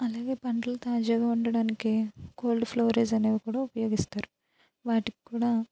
అలాగే పంటలు తాజాగా ఉండడానికి కోల్డ్ ఫ్లోరేజ్ అనేవి కూడా ఉపయోగిస్తారు వాటికి కూడా